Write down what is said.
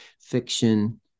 fiction